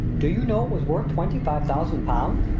do you know it was worth twenty-five thousand pounds?